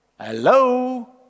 Hello